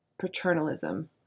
paternalism